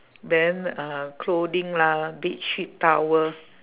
then uh clothing lah bed sheet towel